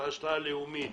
פשלה לאומית,